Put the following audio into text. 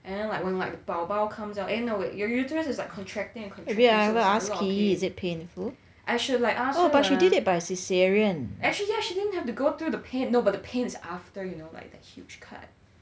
and then like when like the 宝宝 comes out eh no your uterus is like contracting and contracting so it's like a lot of pain I should like ask her ah actually yeah she didn't have to go through the pain no but the pain is after you know like the huge cut